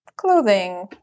clothing